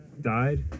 died